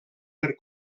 per